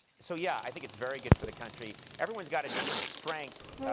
so yeah, i think it's very good for the country. everyone's got a different strength.